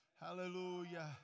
Hallelujah